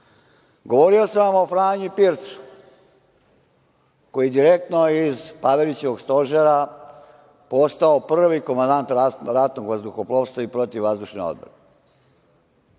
plaćamo. Govorio sam vam o Franji Pircu koji je direktno iz Pavelićevog stožera postao prvi komandant Ratnog vazduhoplovstva i protivvazdušne